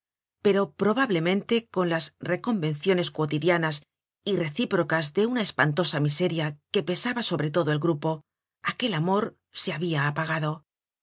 pero probablemente con las reconvenciones cuotidianas y recíprocas de una espantosa miseria que pesaba sobre todo el grupo aquel amor se habia apagado